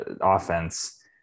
offense